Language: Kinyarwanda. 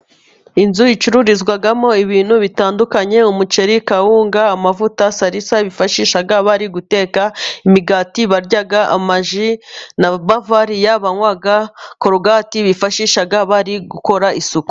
Inzu icururizwamo ibintu bitandukanye umuceri, kawunga ,amavuta, salisa bifashisha bari guteka, imigati barya, amaji na bavariya banywa, korogati bifashisha bari gukora isuku.